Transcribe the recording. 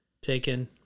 taken